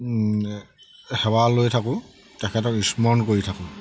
সেৱা লৈ থাকোঁ তেখেতক স্মৰণ কৰি থাকোঁ